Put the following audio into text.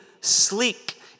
sleek